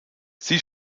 sie